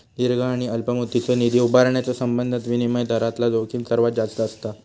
दीर्घ आणि अल्प मुदतीचो निधी उभारण्याच्यो संबंधात विनिमय दरातला जोखीम सर्वात जास्त असता